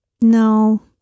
No